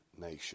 nation